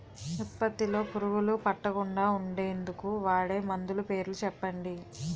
ఉత్పత్తి లొ పురుగులు పట్టకుండా ఉండేందుకు వాడే మందులు పేర్లు చెప్పండీ?